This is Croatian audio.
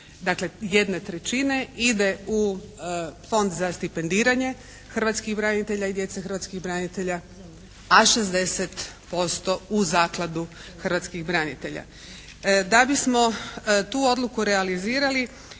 dakle jedne trećine ide u Fond za stipendiranje hrvatskih branitelja i djece hrvatskih branitelja, a 60% u Zakladu hrvatskih branitelja. Da bismo tu odluku realizirali